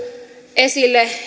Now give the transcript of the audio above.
esille